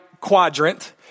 quadrant